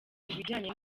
ibijyanye